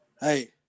hey